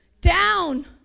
down